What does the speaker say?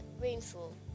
rainfall